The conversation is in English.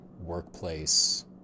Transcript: workplace